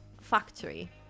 factory